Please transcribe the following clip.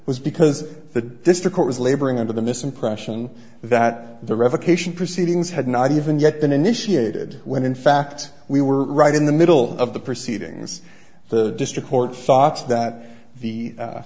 was because the district was laboring under the misimpression that the revocation proceedings had not even yet been initiated when in fact we were right in the middle of the proceedings the district court socks that the